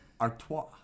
Artois